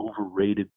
overrated